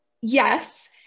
Yes